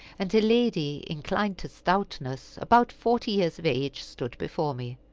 and a lady, inclined to stoutness, about forty years of age, stood before me.